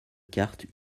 cartes